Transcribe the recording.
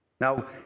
Now